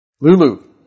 Lulu